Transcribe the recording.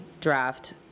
draft